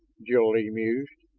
jil-lee mused.